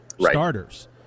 starters